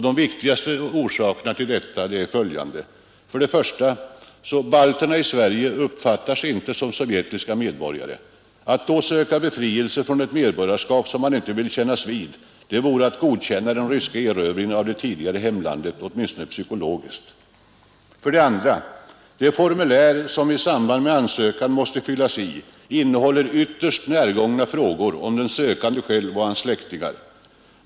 De viktigaste orsakerna till detta är: Balterna i Sverige uppfattar sig inte som sovjetiska medborgare. Att då söka befrielse från ett medborgarskap, som man inte vill kännas vid, vore att godkänna den ryska erövringen av det tidigare hemlandet — åtminstone psykologiskt. vidare ytterst närgångna frågor om den sökande själv och hans släktingar.